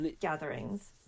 gatherings